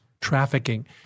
trafficking